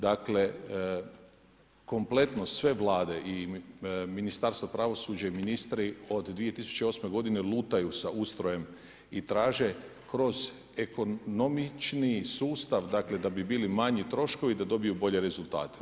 Dakle, kompletno sve Vlade i Ministarstvo pravosuđa i ministri od 2008. g. lutaju sa ustrojem i traže kroz ekonomičniji sustav, dakle, da bi bili manji troškovi, da dobiju bolje rezultate.